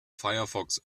firefox